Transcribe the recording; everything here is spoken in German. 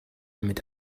mit